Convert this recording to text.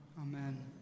Amen